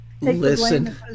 Listen